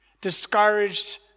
discouraged